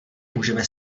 můžeme